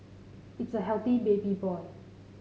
it's a healthy baby boy